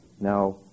Now